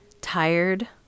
Tired